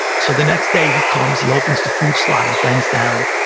so the next day, he comes, he opens the food slot, he bends down,